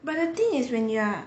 but the thing is when you are